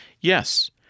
Yes